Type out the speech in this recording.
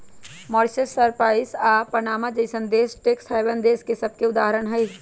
Mauritius, Cyprus आऽ Panama जइसन्न देश टैक्स हैवन देश सभके उदाहरण हइ